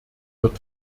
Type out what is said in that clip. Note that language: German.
wird